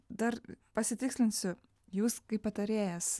dar pasitikslinsiu jūs kaip patarėjas